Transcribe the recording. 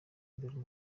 imbere